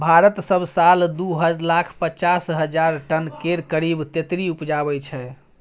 भारत सब साल दु लाख पचास हजार टन केर करीब तेतरि उपजाबै छै